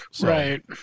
Right